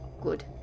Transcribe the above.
Good